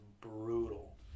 brutal